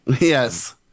Yes